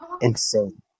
Insane